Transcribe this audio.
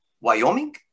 Wyoming